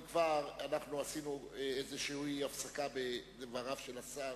אם כבר עשינו הפסקה בדבריו של השר,